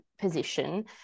position